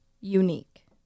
unique